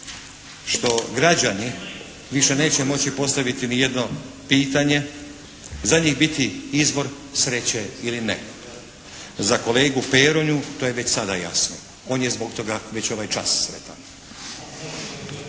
što građani više neće moći postaviti ni jedno pitanje za njih biti izvor sreće ili ne. Za kolegu Peronju to je već sada jasno, on je zbog toga već ovaj čas sretan.